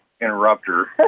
interrupter